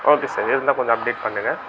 okay sir இருந்தால் கொஞ்சம் update பண்ணுங்கள்